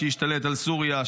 שהשתלט על סוריה,